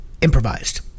improvised